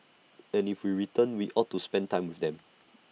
and if we return we ought to spend time with them